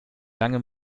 lange